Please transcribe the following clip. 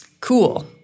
Cool